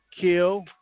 kill